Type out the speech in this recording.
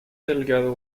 delgado